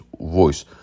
voice